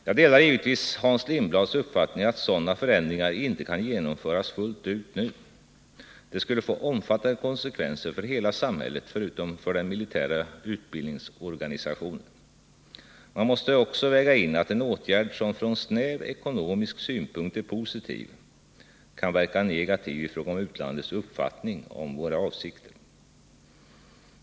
Jag delar givetvis Hans Lindblads uppfattning att sådana förändringar inte kan genomföras fullt ut nu. Det skulle få omfattande konsekvenser för hela samhället förutom för den militära utbildningsorganisationen. Man måste också väga in att en åtgärd som från snäv ekonomisk synpunkt är positiv kan verka negativt i fråga om utlandets uppfattning om våra avsikter.